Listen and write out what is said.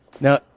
Now